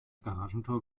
garagentor